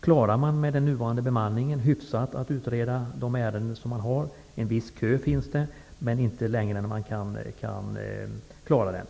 klarar man med nuvarande bemanning hyfsat att utreda de ärenden som kommer in. En viss kö finns, men den är inte längre än att man kan klara den.